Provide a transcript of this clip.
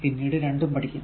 പിന്നീട് രണ്ടും പഠിക്കാം